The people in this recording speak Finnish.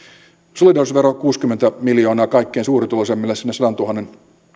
solidaarisuusvero kuusikymmentä miljoonaa kaikkein suurituloisimmille sinne sadantuhannen